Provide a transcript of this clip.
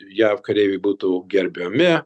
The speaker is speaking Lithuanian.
jav kareiviai būtų gerbiami